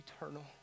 eternal